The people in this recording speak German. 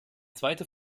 zweite